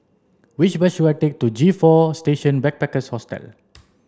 which bus should I take to G four Station Backpackers Hostel